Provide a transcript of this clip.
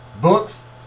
books